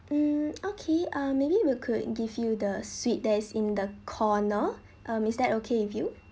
mm okay uh maybe we could give you the suite that is in the corner um is that okay with you